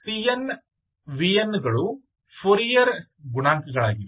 cn vn ಗಳು Fourier ಗುಣಾಂಕಗಳಾಗಿವೆ